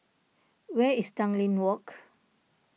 where is Tanglin Walk